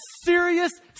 serious